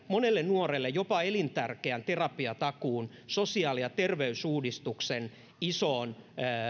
monelle nuorelle jopa elintärkeän terapiatakuun sosiaali ja terveysuudistuksen isoon